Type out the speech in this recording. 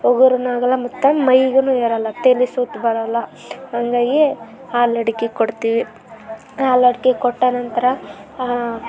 ಒಗರುನೂ ಆಗೋಲ್ಲ ಮತ್ತು ಮೈಗೂನೂ ಏರೋಲ್ಲ ತಲೆ ಸುತ್ತು ಬರೋಲ್ಲ ಹಾಗಾಗಿ ಹಾಲಡಿಕೆ ಕೊಡ್ತೀವಿ ಹಾಲಡಿಕೆ ಕೊಟ್ಟ ನಂತರ ಆಂ